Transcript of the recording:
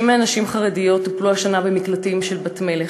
60 נשים חרדיות טופלו השנה במקלטים של "בת מלך",